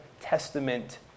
Testament